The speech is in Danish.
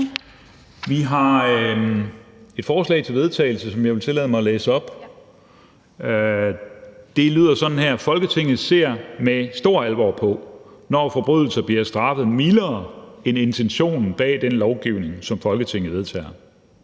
har et forslag til vedtagelse, som jeg vil tillade mig at læse op. Det lyder sådan her: Forslag til vedtagelse »Folketinget ser med stor alvor på, når forbrydelser bliver straffet mildere, end det er intentionen bag den lovgivning, som Folketinget vedtager.